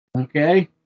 Okay